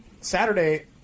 Saturday